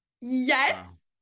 yes